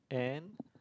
and